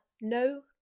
No